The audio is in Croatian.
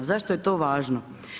Zašto je to važno?